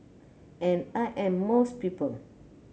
and I am most people